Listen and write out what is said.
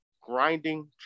grinding